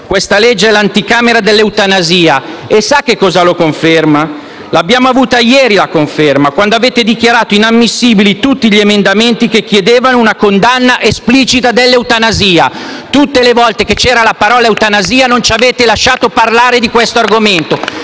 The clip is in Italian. Questa legge è l'anticamera dell'eutanasia. Sa, signor Presidente, cosa lo conferma? L'abbiamo avuta ieri la conferma, quando avete dichiarato inammissibili tutti gli emendamenti che chiedevano una condanna esplicita dell'eutanasia. Tutte le volte che c'era la parola «eutanasia» non ci avete lasciato parlare dell'argomento,